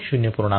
2 0